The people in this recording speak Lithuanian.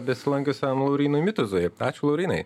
besilankiusiam laurynui mituzui ačiū laurynai